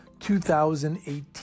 2018